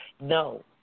no